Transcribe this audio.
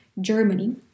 Germany